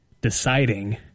deciding